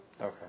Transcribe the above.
Okay